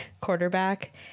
quarterback